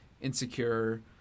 insecure